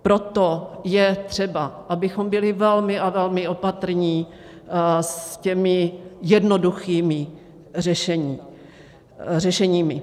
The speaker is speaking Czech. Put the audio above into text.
Proto je třeba, abychom byli velmi a velmi opatrní s těmi jednoduchými řešeními.